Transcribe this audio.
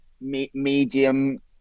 medium